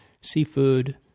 seafood